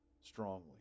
strongly